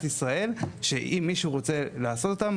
ישראל שאם מישהו רוצה לעשות אותן,